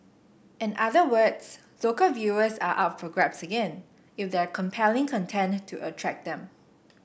in other words local viewers are up for grabs again if there are compelling content to attract them